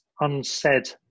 unsaid